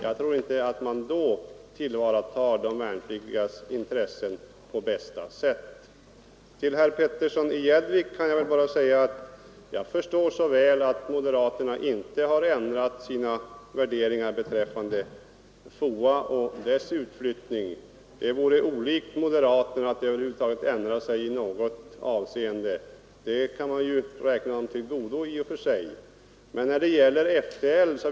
Jag tror inte att man då tillvaratar de värnpliktigas intressen på bästa sätt. Jag vill dessutom säga till herr Petersson i Gäddvik att jag mycket väl förstår att moderaterna inte har ändrat sina värderingar beträffande FOA och dess utflyttning. Det vore olikt moderaterna att över huvud taget ändra sig i något avseende, och det kan man i och för sig räkna dem till godo.